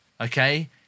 okay